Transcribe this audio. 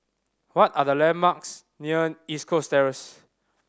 what are the landmarks near East Coast Terrace